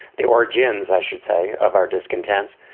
the origins, i should say, of our discontents.